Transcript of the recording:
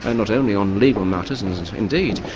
and not only on legal matters, indeed,